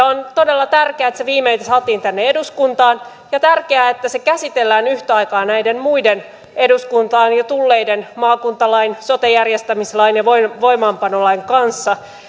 on todella tärkeää että se viimein saatiin tänne eduskuntaan ja tärkeää että se käsitellään yhtä aikaa näiden muiden eduskuntaan jo tulleiden maakuntalain sote järjestämislain ja voimaanpanolain kanssa